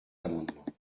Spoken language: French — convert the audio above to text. amendements